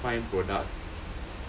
find products